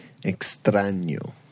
Extraño